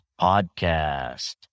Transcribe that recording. podcast